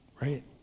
right